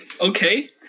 okay